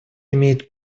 имеет